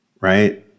Right